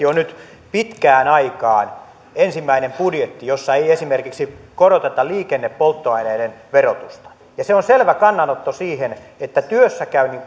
on nyt pitkään aikaan ensimmäinen budjetti jossa ei esimerkiksi koroteta liikennepolttoaineiden verotusta se on selvä kannanotto siihen että työssäkäynnin